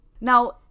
Now